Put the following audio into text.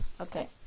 okay